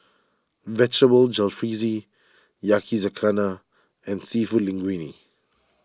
Vegetable Jalfrezi Yakizakana and Seafood Linguine